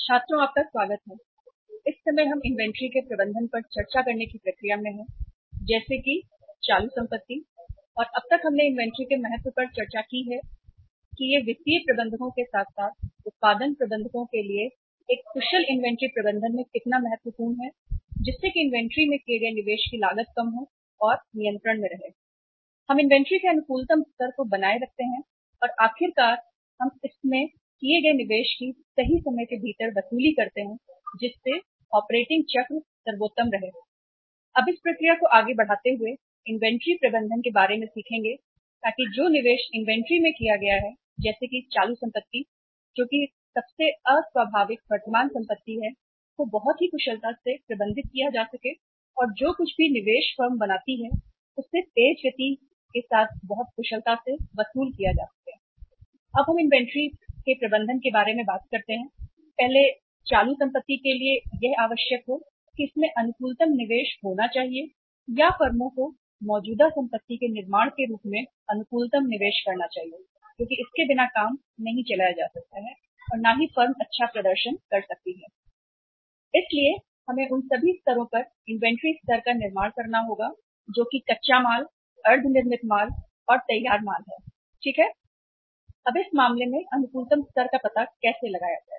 छात्रों आपका स्वागत है इस समय हम इन्वेंटरी के प्रबंधन पर चर्चा करने की प्रक्रिया में है जैसे कि चालू संपत्ति और अब तक हमने इन्वेंटरी के महत्व पर चर्चा की है कि यह वित्तीय प्रबंधकों के साथ साथ उत्पादन प्रबंधको के लिए एक कुशल इन्वेंटरी प्रबंधन में कितना महत्वपूर्ण है जिससे कि इन्वेंटरी मे किए गए निवेश की लागत कम हो और नियंत्रण में रहे हम इन्वेंटरी के अनुकूलतम स्तर को बनाए रखते हैं और आखिरकार हम इसमें किए गए निवेश की सही समय के भीतर वसूली करते हैं जिससे ऑपरेटिंग चक्र सर्वोत्तम रहे अब इस प्रक्रिया को आगे बढ़ाते हुए इन्वेंटरी प्रबंधन के बारे में सीखेंगे ताकि जो निवेश इन्वेंटरी में किया गया है जैसे कि चालू संपत्ति जो कि सबसे अस्वाभाविक वर्तमान संपत्ति है को बहुत ही कुशलता से प्रबंधित किया जा सके और जो कुछ भी निवेश फर्म बनाती है उससे तेज गति के साथ बहुत कुशलता से वसूल किया जा सके अब हम इन्वेंटरी के प्रबंधन के बारे में बात करते हैं पहले चालू संपत्ति के लिए यह आवश्यक हो कि इसमें अनुकूलतम निवेश होना चाहिए या फर्मो को मौजूदा संपत्ति के निर्माण के रूप में अनुकूलतम निवेश करना चाहिए क्योंकि इसके बिना काम नहीं चलाया जा सकता है ना ही फर्म अच्छा प्रदर्शन कर सकते हैं इसलिए हमें उन सभी स्तरों पर इन्वेंटरी स्तर का निर्माण करना होगा जो कि कच्चा माल अर्ध निर्मित माल और तैयार माल है ठीक है अब इस मामले में अनुकूलतम स्तर का पता कैसे लगाया जाए